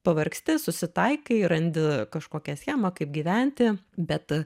pavargsti susitaikai randi kažkokią schemą kaip gyventi bet